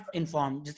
informed